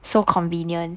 so convenient